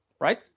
right